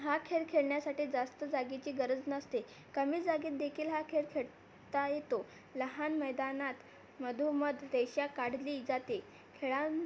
हा खेळ खेळण्यासाठी जास्त जागेची गरज नसते कमी जागेत देखील हा खेळ खेळता येतो लहान मैदानात मधोमध रेषा काढली जाते खेळां